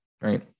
right